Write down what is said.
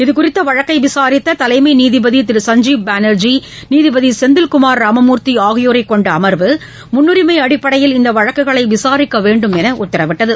இதுகுறித்த வழக்கை விசாரித்த தலைமை நீதிபதி திரு சஞ்ஜீப் பானர்ஜி நீதிபதி செந்தில்குமார் ராமமூர்த்தி ஆகியோரை கொண்ட அமர்வு முன்னுரிமை அடிப்படையில் இந்த வழக்குகளை விசாரிக்க வேண்டும் என் உத்தரவிட்டது